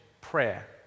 prayer